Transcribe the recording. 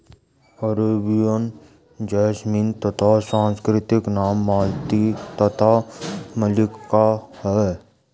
Arabian jasmine का संस्कृत नाम मालती तथा मल्लिका है